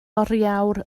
oriawr